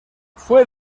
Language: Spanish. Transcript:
fue